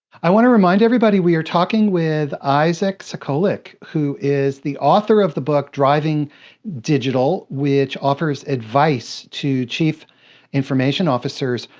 i want to remind everybody, we are talking with isaac sacolick, who is the author of the book driving digital, which offers advice to chief information officers.